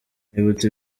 nibutse